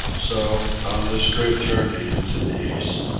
so, on this great journey into the east,